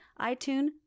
iTunes